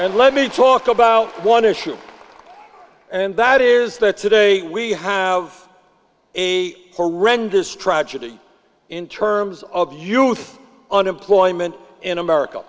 and let me talk about one issue and that is that today we have a horrendous tragedy in terms of youth unemployment in america